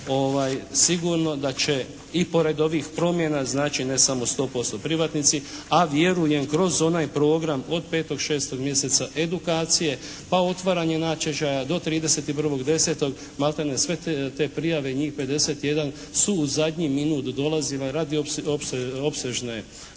sigurno da će i pored ovih promjena, znači ne samo 100% privatnici, a vjerujem kroz onaj program od 5., 6. mjeseca edukacije pa otvaranje natječaja do 31.10., maltene sve te prijave, njih 51 su u zadnji minut dolazile radi opsežne